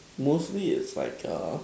mostly it's like a